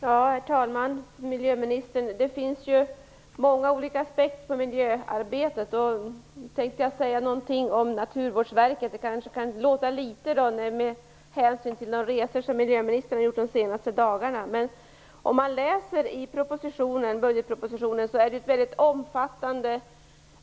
Herr talman! Miljöministern! Det finns många aspekter på miljöarbetet. Jag tänkte säga något om Naturvårdsverket. Det kanske kan låta lite futtigt med hänsyn till de resor som miljöministern har gjort de senaste dagarna. Om man läser i budgetpropositionen finner man att det läggs ett omfattande